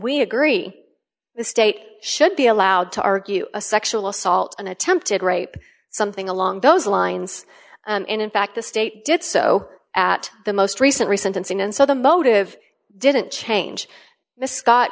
we agree the state should be allowed to argue a sexual assault an attempted rape something along those lines and in fact the state did so at the most recent recent incident so the motive didn't change the scott